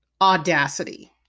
Audacity